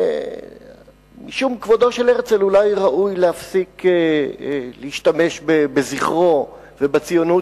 משום כבודו של הרצל אולי ראוי להפסיק להשתמש בזכרו ובציונות